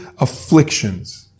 afflictions